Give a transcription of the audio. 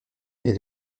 elle